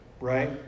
right